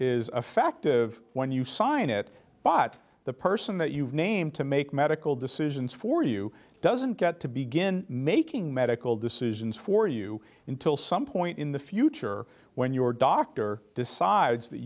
is a fact of when you sign it but the person that you've named to make medical decisions for you doesn't get to begin making medical decisions for you until some point in the future when your doctor decides that